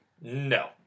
No